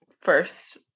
first